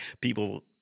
people